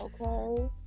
Okay